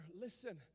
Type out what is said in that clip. listen